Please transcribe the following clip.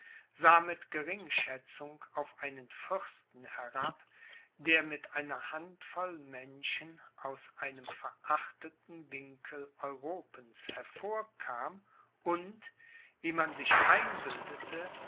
sah mit geringschätzung auf einen fürsten herab der mit einer handvoll menschen aus einem verachteten winkel europens hervorkam und wie man sich einbildete